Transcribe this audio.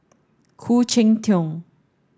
Khoo Cheng Tiong